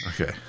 Okay